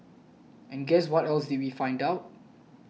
and guess what else did we find out